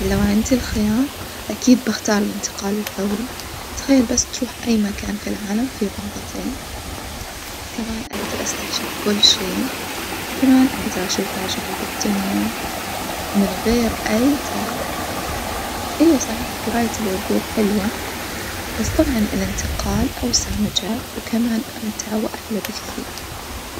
لو عندي الخيار أكيد بختار الإنتقال الفوري تخيل بس ترو ح أي مكان في العالم في غمظة عين، كمان أجدر أستكشف كل شي كمان أجدر أشوف عجايب الدنيا من غير أي تعب، أيوة صحيح جراية العجول حلوة، بس طبعًا الإنتقال أوسع مجال وكمان أمتع وأحلى بكثير.